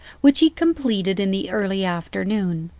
which he completed in the early afternoon.